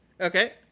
Okay